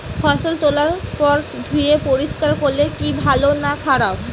ফসল তোলার পর ধুয়ে পরিষ্কার করলে কি ভালো না খারাপ?